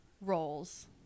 roles